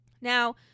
Now